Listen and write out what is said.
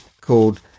called